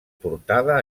portada